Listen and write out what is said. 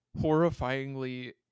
horrifyingly